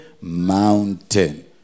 mountain